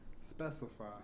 specify